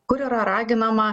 kur yra raginama